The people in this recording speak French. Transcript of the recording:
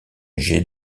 jet